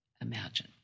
imagine